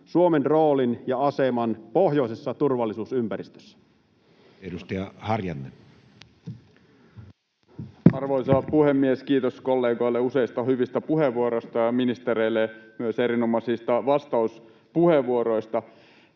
Section: 4 - Ajankohtaisselonteko turvallisuusympäristön muutoksesta Time: 15:25 Content: Arvoisa puhemies! Kiitos kollegoille useista hyvistä puheenvuorosta ja ministereille myös erinomaisista vastauspuheenvuoroista.